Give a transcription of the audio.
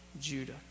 Judah